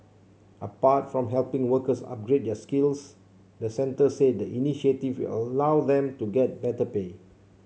apart from helping workers upgrade their skills the centre said the initiative allow them to get better pay